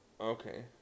okay